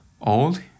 old